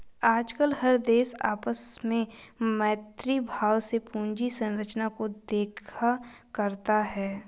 आजकल हर देश आपस में मैत्री भाव से पूंजी संरचना को देखा करता है